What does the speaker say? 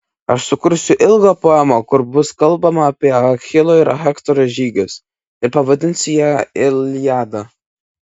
aš sukursiu ilgą poemą kur bus kalbama apie achilo ir hektoro žygius ir pavadinsiu ją iliada